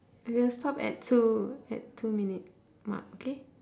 we will stop at two at two minute mark okay